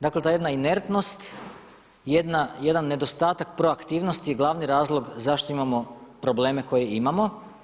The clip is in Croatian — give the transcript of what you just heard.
Dakle ta jedna inertnost, jedan nedostatak proaktivnosti je glavni razlog zašto imamo probleme koje imamo.